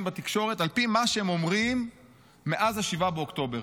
בתקשורת על פי מה שהם אומרים מאז 7 באוקטובר.